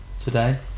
today